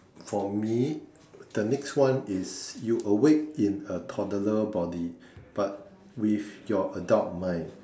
for me the next one is you awake in a toddler body but with your adult mind